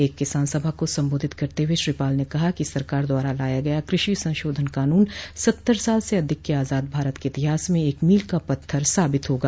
एक किसान सभा को संबोधित करते हुए श्री पाल ने कहा कि सरकार द्वारा लाया गया कृषि संशाधन कानून सत्तर साल से अधिक क आजाद भारत के इतिहास में एक मोल का पत्थर साबित होगा